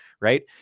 right